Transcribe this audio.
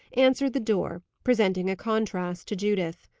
answered the door, presenting a contrast to judith.